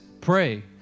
pray